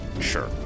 Sure